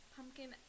Pumpkin